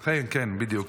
כן, בדיוק.